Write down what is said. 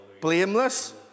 blameless